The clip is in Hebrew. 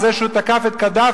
על זה שהוא תקף את קדאפי,